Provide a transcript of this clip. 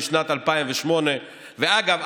משנת 2008. ואגב,